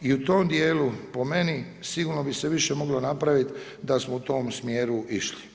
I u tom dijelu, po meni sigurno bi se više moglo napraviti da smo u tom smjeru išli.